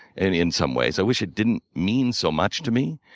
and in some ways. i wish it didn't mean so much to me.